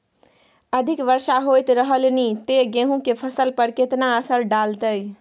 अधिक वर्षा होयत रहलनि ते गेहूँ के फसल पर केतना असर डालतै?